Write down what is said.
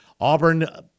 Auburn